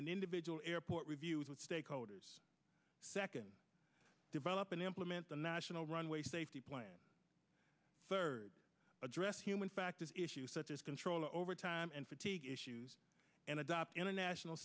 and individual airport reviews with stakeholders second develop and implement the national runway safety plan third address human factors issues such as control over time and fatigue issues and adopt international